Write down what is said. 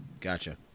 Gotcha